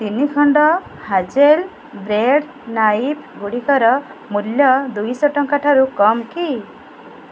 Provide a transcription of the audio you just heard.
ତିନି ଖଣ୍ଡ hazel bread ନାଇଫ୍ଗୁଡ଼ିକର ମୂଲ୍ୟ ଦୁଇଶହ ଟଙ୍କା ଠାରୁ କମ୍ କି